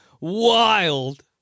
Wild